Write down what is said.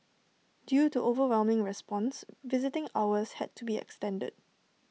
due to overwhelming response visiting hours had to be extended